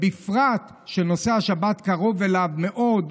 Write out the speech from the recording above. ובפרט שנושא השבת קרוב אליו מאוד,